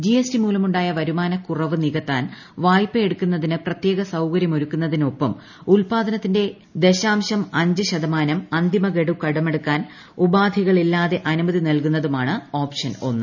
G S T മൂലമുണ്ടായ വരുമാന കുറവ് നികത്താൻ വായ്പയെടുക്കുന്നതിന് പ്രത്യേക സൌകര്യമൊരുക്കുന്നതിനൊപ്പം ഉത്പാദനത്തിന്റെ ദശാംശം അഞ്ച് ശതമാനം അന്തിമ ഗഡു കടമെടുക്കാൻ ഉപാധികളില്ലാതെ അനുമതി നൽകുന്നതുമാണ് ഒപ്ഷൻ ഒന്ന്